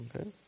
Okay